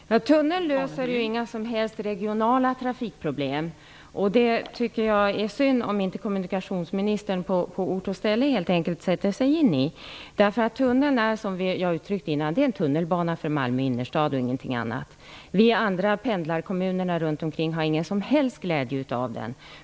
Fru talman! Tunneln löser inga som helst regionala trafikproblem. Det är synd om inte kommunikationsministern på ort och ställe sätter sig in i den saken. Tunneln är, som jag redan har påpekat, en tunnelbana för Malmö innerstad och ingenting annat. Vi i pendlarkommunerna runt omkring har ingen som helst glädje av den.